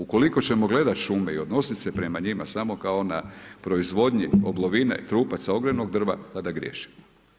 Ukoliko ćemo gledat šume i odnosit se prema njima samo kao na proizvodnji oblovine, trupaca, ogrjevnog drva tada griješimo.